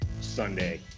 Sunday